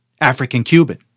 African-Cuban